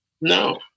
No